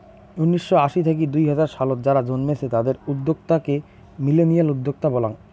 উনিসশো আশি থাকি দুই হাজার সালত যারা জন্মেছে তাদের উদ্যোক্তা কে মিলেনিয়াল উদ্যোক্তা বলাঙ্গ